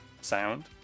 sound